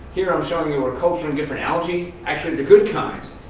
here i'm showing you we're culturing different algae, actually the good kinds,